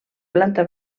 planta